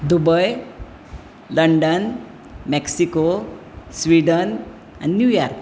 Dubai London Mexico Sweden New York